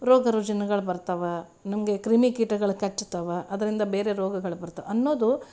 ರೋಗ ರುಜಿನಗಳು ಬರ್ತಾವೆ ನಮಗೆ ಕ್ರಿಮಿಕೀಟಗಳು ಕಚ್ತಾವೆ ಅದರಿಂದ ಬೇರೆ ರೋಗಗಳು ಬರ್ತಾವೆ ಅನ್ನೋದು